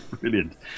Brilliant